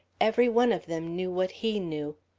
every one of them knew what he knew.